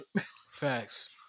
Facts